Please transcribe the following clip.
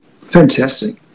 Fantastic